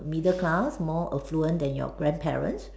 middle class more affluent than your grandparents